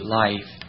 life